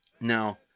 Now